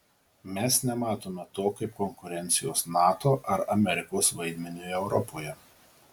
mes nematome to kaip konkurencijos nato ar amerikos vaidmeniui europoje